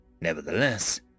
Nevertheless